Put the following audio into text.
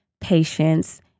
patience